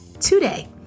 today